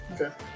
Okay